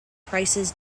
prices